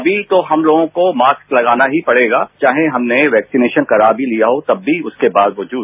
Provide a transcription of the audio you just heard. अभी तो हम लोगों को मास्क लगाना ही पड़ेगा चाहे हमने वैक्सीन लगवा भी लिया हो उसके बावजूद